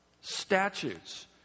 statutes